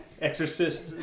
exorcist